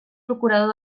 procurador